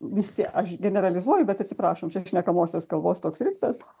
visi aš generalizuoju bet atsiprašant čia šnekamosios kalbos toks riftas